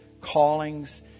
callings